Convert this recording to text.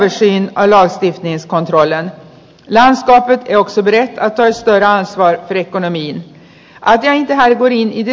nu upplevs det dock som att det vore dags att ta ett steg vidare